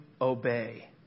obey